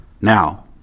Now